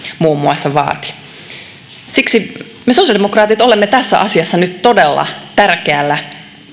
muun muassa vaati me sosiaalidemokraatit olemme tässä asiassa nyt todella tärkeällä